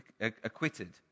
acquitted